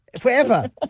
forever